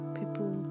people